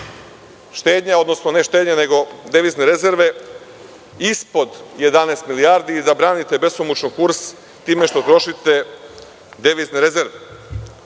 štednja, odnosno, ne štednja, nego devizne rezerve su ispod 11 milijardi i da branite besomučno kurs time što trošite devizne rezerve. Najveće